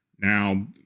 now